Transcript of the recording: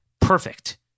Perfect